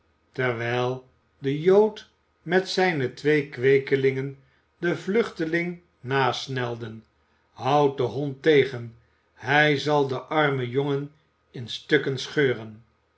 terwijl de jood met zijne twee kweekelingen den vluchteling nasnelden houd den hond tegen hij zal den armen jongen in stukken scheuren